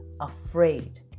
afraid